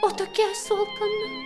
o tokia esu alkana